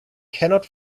cannot